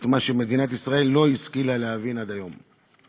את מה שמדינת ישראל לא השכילה להבין עד היום.